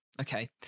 okay